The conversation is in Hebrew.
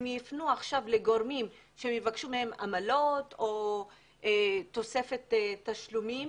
עכשיו הם יפנו לגורמים שיבקשו מהם עמלות או תוספת תשלומים.